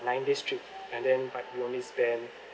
nine days trip and then but we only spent